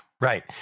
Right